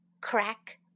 crack